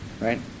right